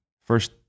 first